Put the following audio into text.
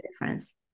difference